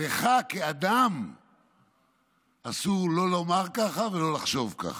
לך כאדם אסור לומר ככה ולחשוב ככה.